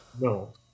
No